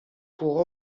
pour